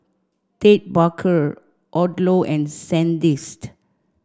Ted Baker Odlo and Sandisk